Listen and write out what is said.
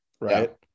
right